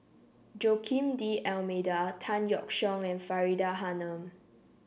Joaquim D'Almeida Tan Yeok Seong and Faridah Hanum